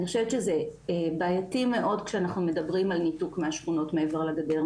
אני חושבת שזה בעייתי מאוד כשאנחנו מדברים על ניתוק מהשכונות מעבר לגדר.